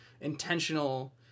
intentional